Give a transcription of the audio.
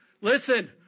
Listen